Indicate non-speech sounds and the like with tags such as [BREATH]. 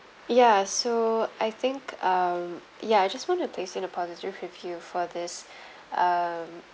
ya so I think um ya just want to place in a positive review for this [BREATH] um